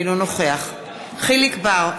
אינו נוכח יחיאל חיליק בר,